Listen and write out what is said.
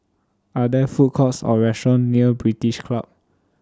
Are There Food Courts Or restaurants near British Club